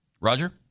Roger